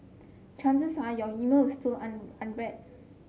chances are your email is still unread